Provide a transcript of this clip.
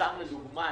סתם לדוגמה,